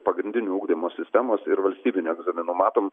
pagrindinio ugdymo sistemos ir valstybinių egzaminų matom